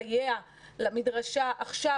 נסייע למדרשה עכשיו,